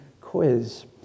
quiz